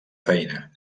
feina